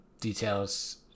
details